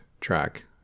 track